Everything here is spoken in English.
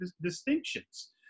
distinctions